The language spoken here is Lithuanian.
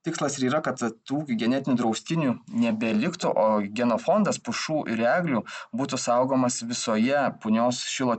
tikslas ir yra kad tų genetinių draustinių nebeliktų o genofondas pušų ir eglių būtų saugomas visoje punios šilo